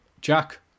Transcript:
Jack